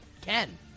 Ken